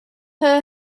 her